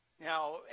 Now